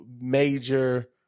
major